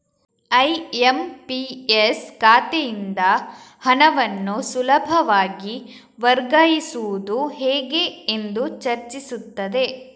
IMPS ಖಾತೆಯಿಂದ ಹಣವನ್ನು ಸುಲಭವಾಗಿ ವರ್ಗಾಯಿಸುವುದು ಹೇಗೆ ಎಂದು ಚರ್ಚಿಸುತ್ತದೆ